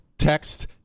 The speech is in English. text